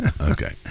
Okay